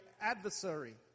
adversary